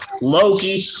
Loki